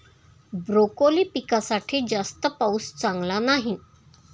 broccoli पिकासाठी जास्त पाऊस चांगला नाही